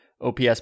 OPS